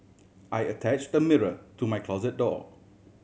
I attached a mirror to my closet door